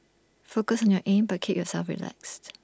focus on your aim but keep yourself relaxed